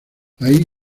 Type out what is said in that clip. ahí